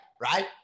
right